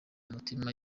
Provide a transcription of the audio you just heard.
umutima